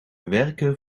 werken